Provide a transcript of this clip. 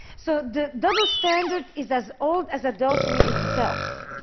so the double standard is as old as adultery itself.